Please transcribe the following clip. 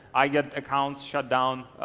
i get accounts shut down.